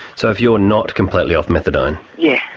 so if you're not completely off methadone? yeah.